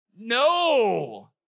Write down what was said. No